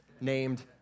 named